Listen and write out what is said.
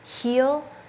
heal